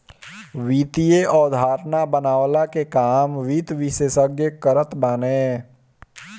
वित्तीय अवधारणा बनवला के काम वित्त विशेषज्ञ करत बाने